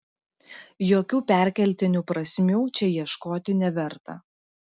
jokių perkeltinių prasmių čia ieškoti neverta